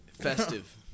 Festive